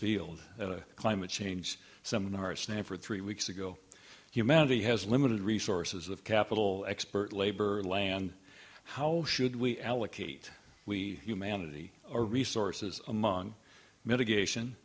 field climate change some nurse name for three weeks ago humanity has limited resources of capital expert labor land how should we allocate we humanity or resources among medication